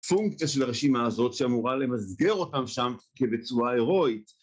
פונקציה של הרשימה הזאת שאמורה למסגר אותם שם כבצורה הירואית